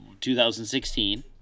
2016